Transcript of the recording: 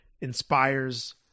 inspires